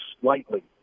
slightly